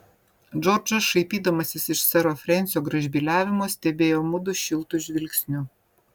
džordžas šaipydamasis iš sero frensio gražbyliavimo stebėjo mudu šiltu žvilgsniu